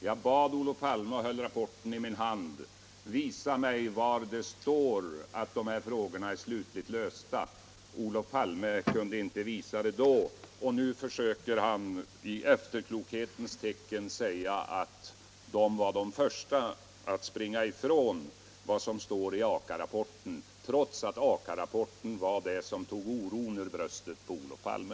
Jag höll under den debatten rapporten i min hand och bad Olof Palme: Visa mig var det står att de här frågorna är slutligt lösta! Olof Palme kunde inte visa det den gången. Nu försöker han i efterklokhetens tecken säga att socialdemokraterna var de första att springa ifrån vad som står i Aka-rapporten, trots att Aka-rapporten var det som tog oron ur bröstet på Olof Palme.